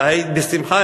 ובשמחה,